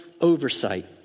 oversight